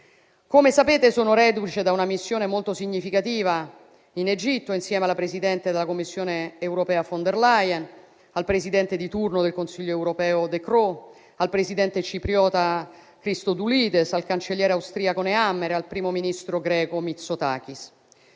Come sapete, sono reduce da una missione molto significativa in Egitto, insieme alla presidente della Commissione europea von der Leyen, al presidente di turno del Consiglio europeo De Croo, al presidente cipriota Christodoulidis, al cancelliere austriaco Nehammer, al primo ministro greco Mitsotakis.